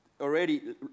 already